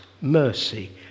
mercy